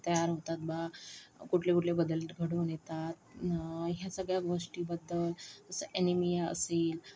तयार होतात बा कुठले कुठले बदल घडून येतात ह्या सगळ्या गोष्टीबद्दल जसं अॅनिमिया असेल